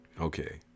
Okay